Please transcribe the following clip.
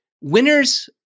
winners